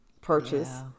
purchase